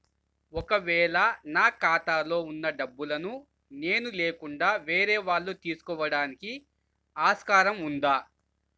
ఒక వేళ నా ఖాతాలో వున్న డబ్బులను నేను లేకుండా వేరే వాళ్ళు తీసుకోవడానికి ఆస్కారం ఉందా?